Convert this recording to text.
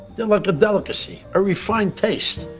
they're like a delicacy. a refined taste.